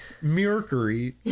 Mercury